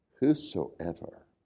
whosoever